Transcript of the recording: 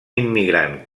immigrant